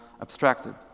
abstracted